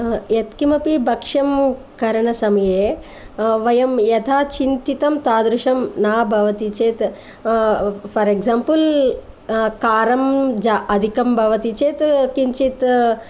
यत् किमपि भक्ष्यं करणसमये वयं यथा चिन्तितं तादृशं न भवति चेत् फर् एक्साम्पल् कारम् अधिकं भवति चेत् किञ्चित्